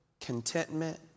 contentment